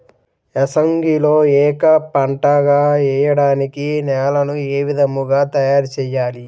ఏసంగిలో ఏక పంటగ వెయడానికి నేలను ఏ విధముగా తయారుచేయాలి?